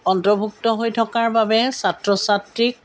অন্তৰ্ভুক্ত হৈ থকাৰ বাবে ছাত্ৰ ছাত্ৰীক